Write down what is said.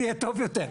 זה יהיה טוב יותר.